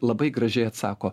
labai gražiai atsako